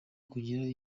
kugira